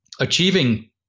achieving